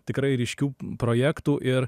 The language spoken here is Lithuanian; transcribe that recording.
tikrai ryškių projektų ir